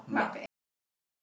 Mark and Lisa